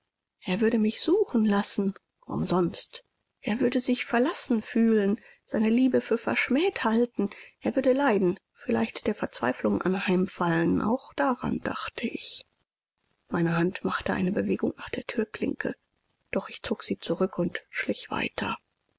er würde mich suchen lassen umsonst er würde sich verlassen fühlen seine liebe für verschmäht halten er würde leiden vielleicht der verzweiflung anheimfallen auch daran dachte ich meine hand machte eine bewegung nach der thürklinke doch ich zog sie zurück und schlich weiter